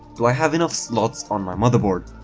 do i have enough slots on my motherboard?